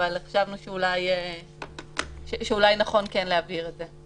אבל חשבנו שאולי נכון כן להבהיר את זה.